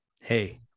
hey